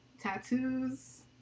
tattoos